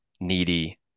needy